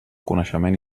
coneixement